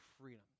freedom